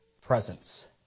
presence